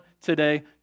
today